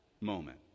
moment